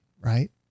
right